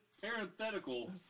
parenthetical